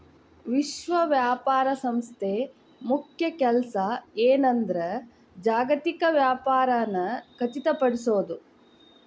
ವಿಶ್ವ ವ್ಯಾಪಾರ ಸಂಸ್ಥೆ ಮುಖ್ಯ ಕೆಲ್ಸ ಏನಂದ್ರ ಜಾಗತಿಕ ವ್ಯಾಪಾರನ ಖಚಿತಪಡಿಸೋದ್